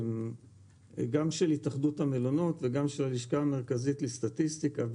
גם של התאחדות המלונות וגם של הלשכה המרכזית לסטטיסטיקה,